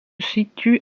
situe